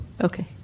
Okay